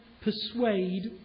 persuade